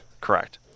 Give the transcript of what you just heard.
correct